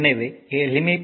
எனவே எளிமைப்படுத்தினால்